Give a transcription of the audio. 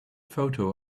photo